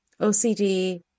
OCD